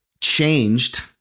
changed